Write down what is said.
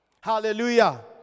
Hallelujah